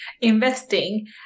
investing